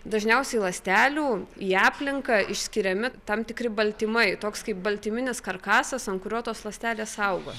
dažniausiai ląstelių į aplinką išskiriami tam tikri baltymai toks kaip baltyminis karkasas ant kurio tos ląstelės auga